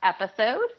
episode